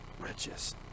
riches